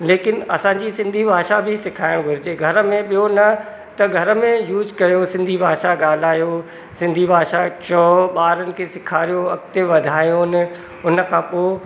लेकिन असांजी सिंधी भाषा बि सिखाइणु घुरिजे घर में ॿियो न त घर में यूज़ कयो सिंधी भाषा ॻाल्हायो सिंधी भाषा चओ ॿारनि खे सेखारियो अॻिते वधायोनि उनखां पोइ